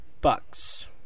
bucks